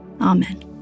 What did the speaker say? Amen